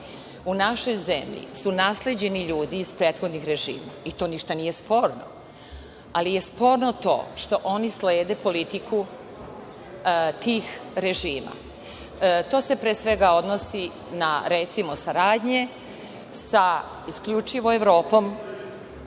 u našoj zemlji su nasleđeni ljudi iz prethodnih režima i to ništa nije sporno, ali je sporno to što oni slede politiku tih režima. To se pre svega odnosi na, recimo, saradnje, sa isključivom Evropom,